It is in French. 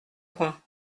coin